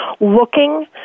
looking